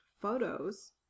photos